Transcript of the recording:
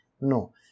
No